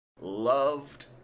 loved